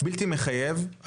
בלתי מחייב,